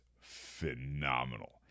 phenomenal